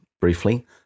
briefly